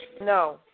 No